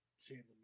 Chandler